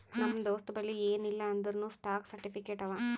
ನಮ್ ದೋಸ್ತಬಲ್ಲಿ ಎನ್ ಇಲ್ಲ ಅಂದೂರ್ನೂ ಸ್ಟಾಕ್ ಸರ್ಟಿಫಿಕೇಟ್ ಅವಾ